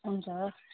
हुन्छ